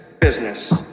Business